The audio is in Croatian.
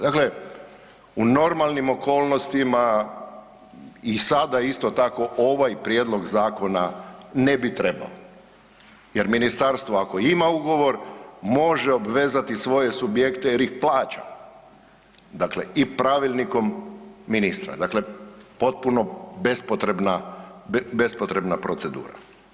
Dakle, u normalnim okolnostima i sada isto tako ovaj prijedlog zakona ne bi trebao jer ministarstvo ako ima ugovor može obvezati svoje subjekte jer ih plaća, dakle i Pravilnikom ministra, dakle potpuno bespotrebna, bespotrebna procedura.